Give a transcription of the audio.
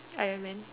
Iron Man